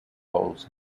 calls